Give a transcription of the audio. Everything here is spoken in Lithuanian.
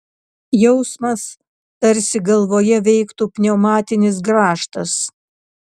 jausmas tarsi galvoje veiktų pneumatinis grąžtas